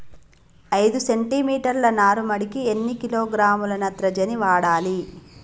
ఐదు సెంటిమీటర్ల నారుమడికి ఎన్ని కిలోగ్రాముల నత్రజని వాడాలి?